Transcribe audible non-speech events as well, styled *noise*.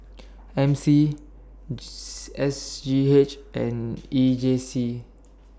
M C *noise* S G H and E J C